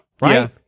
right